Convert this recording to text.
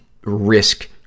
Risk